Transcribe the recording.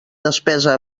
despesa